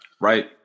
right